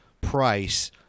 price